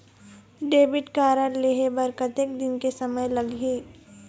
Debit card लेहे बर कतेक दिन के समय लगही?